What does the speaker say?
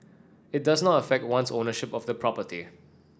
it does not affect one's ownership of the property